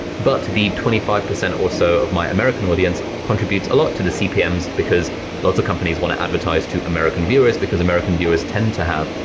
but the twenty five percent also of my american audience contribute a lot to the cpm's because lots of companies wanna advertise to american viewers because american viewers tend to have,